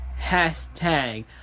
hashtag